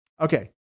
Okay